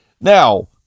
Now